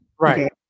Right